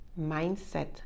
mindset